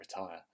retire